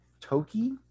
Toki